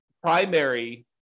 primary